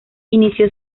inició